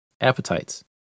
appetites